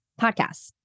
podcasts